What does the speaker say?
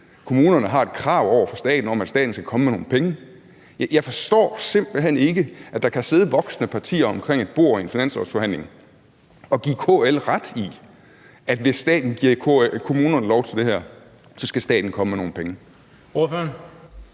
kommunerne har et krav over for staten om, at staten skal komme med nogle penge. Jeg forstår simpelt hen ikke, at der kan sidde voksne partier omkring et bord i en finanslovsforhandling og give KL ret i, at hvis staten giver kommunerne lov til det her, så skal staten komme med nogle penge. Kl.